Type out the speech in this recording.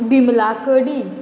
बिमला कडी